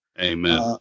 Amen